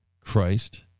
Christ